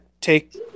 take